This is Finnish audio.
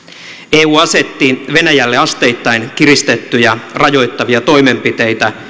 eu asetti venäjälle asteittain kiristettyjä rajoittavia toimenpiteitä